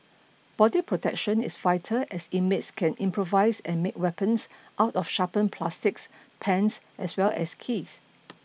body protection is vital as inmates can improvise and make weapons out of sharpened plastics pens as well as keys